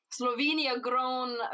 Slovenia-grown